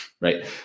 right